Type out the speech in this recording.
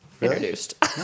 introduced